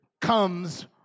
comes